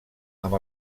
amb